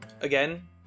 again